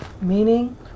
meaning